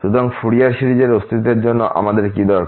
সুতরাং ফুরিয়ার সিরিজের অস্তিত্বের জন্য আমাদের কী দরকার